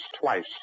twice